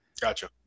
Gotcha